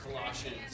Colossians